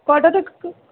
কটা থেকে